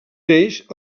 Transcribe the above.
neix